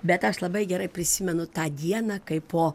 bet aš labai gerai prisimenu tą dieną kai po